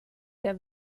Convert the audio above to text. der